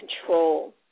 control